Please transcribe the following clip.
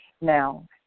Now